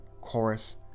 chorus